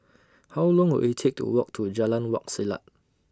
How Long Will IT Take to Walk to Jalan Wak Selat